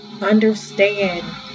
Understand